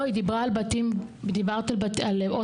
לא, היא דיברה על בתים, דיברת על הוסטלים.